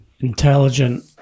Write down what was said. intelligent